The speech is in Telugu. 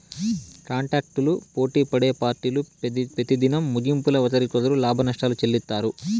కాంటాక్టులు పోటిపడే పార్టీలు పెతిదినం ముగింపుల ఒకరికొకరు లాభనష్టాలు చెల్లిత్తారు